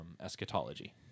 eschatology